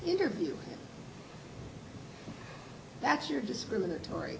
interview that's your discriminatory